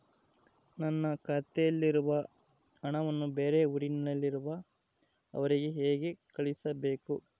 ನನ್ನ ಖಾತೆಯಲ್ಲಿರುವ ಹಣವನ್ನು ಬೇರೆ ಊರಿನಲ್ಲಿರುವ ಅವರಿಗೆ ಹೇಗೆ ಕಳಿಸಬೇಕು?